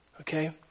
okay